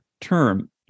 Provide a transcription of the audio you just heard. term